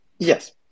Yes